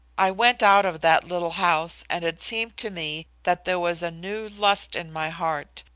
i went out of that little house and it seemed to me that there was a new lust in my heart,